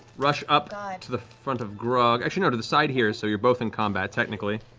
rush up to the front of grog actually no, to the side here so you're both in combat, technically,